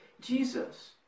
Jesus